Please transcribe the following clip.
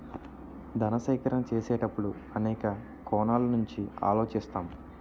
ధన సేకరణ చేసేటప్పుడు అనేక కోణాల నుంచి ఆలోచిస్తాం